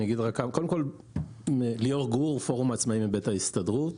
אני ליאור גור, פורום העצמאים מבית ההסתדרות.